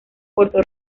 puerto